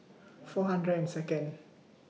four hundred and Second